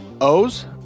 O's